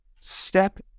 step